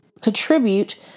contribute